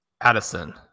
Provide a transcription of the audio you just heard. Addison